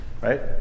right